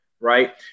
right